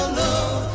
love